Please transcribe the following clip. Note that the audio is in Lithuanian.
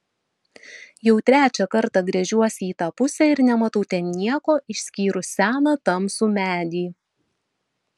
jau trečią kartą gręžiuosi į tą pusę ir nematau ten nieko išskyrus seną tamsų medį